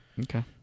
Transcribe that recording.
Okay